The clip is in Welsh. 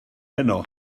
heno